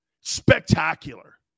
Spectacular